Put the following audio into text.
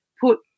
put